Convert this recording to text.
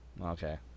okay